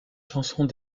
chansons